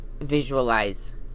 visualize